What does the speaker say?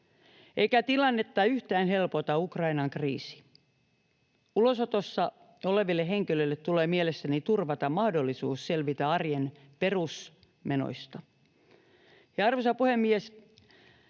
eikä tilannetta yhtään helpota Ukrainan kriisi. Ulosotossa oleville henkilöille tulee mielestäni turvata mahdollisuus selvitä arjen perusmenoista. Arvoisa puhemies!